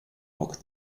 block